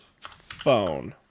phone